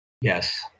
Yes